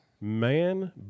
Man